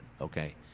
okay